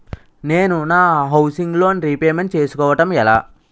నేను నా housing loan repayment చేసుకోవటం ఎలా?